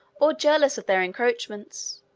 or jealous of their encroachments,